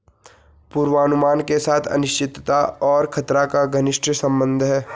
पूर्वानुमान के साथ अनिश्चितता और खतरा का घनिष्ट संबंध है